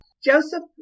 Joseph